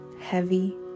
heavy